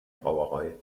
brauerei